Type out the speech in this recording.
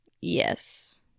Yes